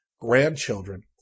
grandchildren